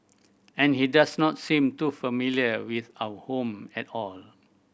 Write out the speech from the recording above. and he does not seem too familiar with our home at all